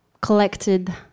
collected